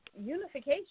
unification